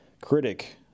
critic